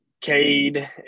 Cade